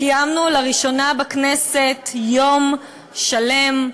קיימנו לראשונה בכנסת יום שלם,